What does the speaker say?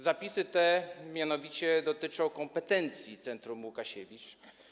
Zapisy te mianowicie dotyczą kompetencji Centrum Łukasiewicz.